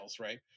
right